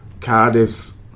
Cardiff's